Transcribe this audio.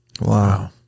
Wow